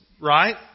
right